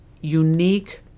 unique